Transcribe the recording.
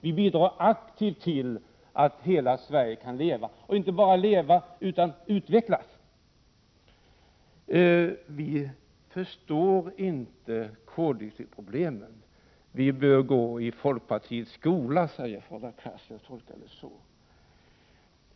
Vi bidrar aktivt till att hela Sverige kan leva och inte bara leva utan utvecklas. Centern förstår inte koldioxidproblemen utan bör gå i folkpartiets skola, sade Hadar Cars. Jag tolkade honom så.